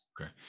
Okay